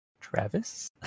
Travis